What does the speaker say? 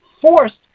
forced